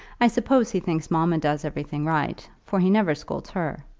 i suppose he thinks mamma does everything right, for he never scolds her.